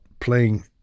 playing